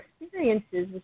experiences